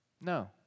No